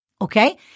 Okay